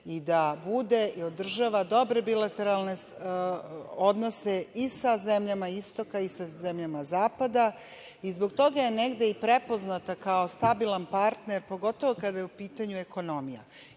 i da bude i održava dobre bilateralne odnose i sa zemljama istoka i sa zemljama zapada, i zbog toga je negde i prepoznata kao stabilan partner, pogotovo kada je u pitanju ekonomija,